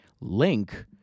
link